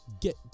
get